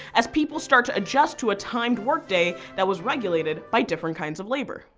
as people start to adjust to a timed work day that was regulated by different kinds of labor.